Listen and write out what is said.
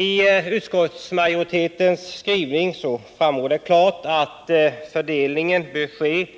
Av utskottsmajoritetens skrivning framgår klart att fördelningen bör göras